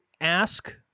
ask